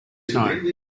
snow